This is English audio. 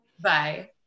Bye